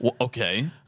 Okay